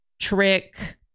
trick